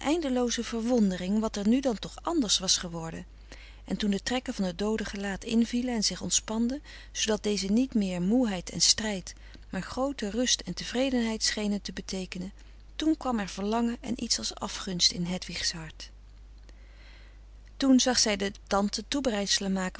eindelooze verwondering wat er nu dan toch anders was geworden en toen de trekken van het dooden gelaat invielen en zich ontspanden zoodat deze niet meer moeheid en strijd maar groote rust en tevredenheid schenen te beteekenen toen kwam er verlangen en iets als afgunst in hedwigs hart toen zag zij de tante toebereidselen maken